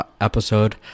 episode